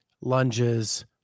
lunges